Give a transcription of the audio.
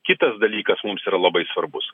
kitas dalykas mums yra labai svarbus